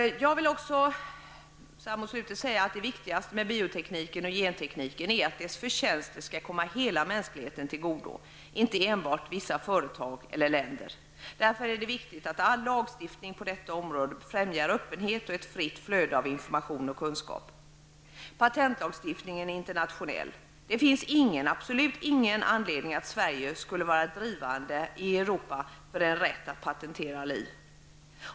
Det viktigaste med biotekniken och gentekniken är att deras förtjänster skall komma hela mänskligheten till godo, inte enbart vissa företag eller länder. Därför är det viktigt att all lagstiftning på detta område främjar öppenhet och ett fritt flöde av information och kunskap. Patentlagstiftningen är internationell. Det finns ingen, absolut ingen, anledning att Sverige skulle gå i spetsen här i Europa för en rätt att patentera liv.